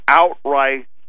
outright